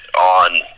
on